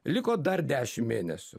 liko dar dešim mėnesių